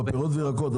בפירות והירקות.